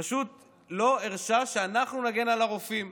פשוט לא הרשה שאנחנו נגן על הרופאים.